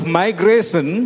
migration